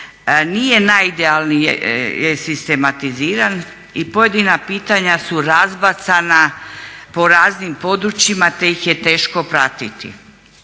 nije najidealnije sistematiziran i pojedina pitanja su razbacana po raznim područjima te ih je teško pratiti,